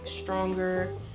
stronger